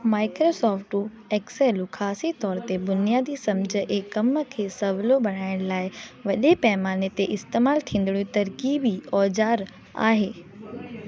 माइक्रोसॉफ्टूं एक्सेलूं ख़ासि तौर ते बुनियादी समुझ ऐं कमु खे सहूलो बणाइण लाइ वॾे पैमाने ते इस्तेमालु थींदड़ु तर्कीबी ओज़ारु आहे